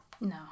no